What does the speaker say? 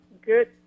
good